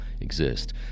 exist